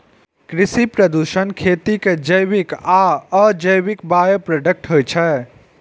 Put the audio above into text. कृषि प्रदूषण खेती के जैविक आ अजैविक बाइप्रोडक्ट होइ छै